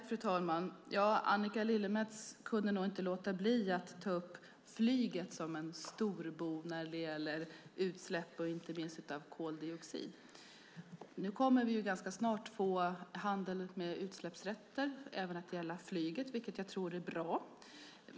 Fru talman! Annika Lillemets kunde nog inte låta bli att ta upp flyget som en stor bov när det gäller utsläpp, inte minst av koldioxid. Nu kommer vi ganska snart att få handel med utsläppsrätter att även gälla flyget, vilket jag tror är bra.